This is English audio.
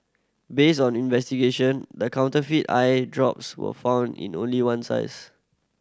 based on investigation the counterfeit eye drops were found in only one size